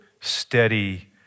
steady